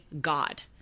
God